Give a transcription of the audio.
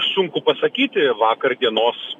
sunku pasakyti vakar dienos